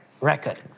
record